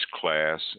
class